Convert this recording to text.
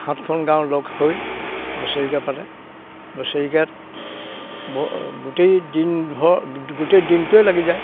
সাতখন গাঁও লগ হৈ বছেৰেকীয়া পাতে বছেৰীকীয়াত বৰ গোটেই দিন ভৰ গোটেই দিনটোৱেই লাগি যায়